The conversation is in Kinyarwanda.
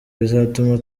bizatuma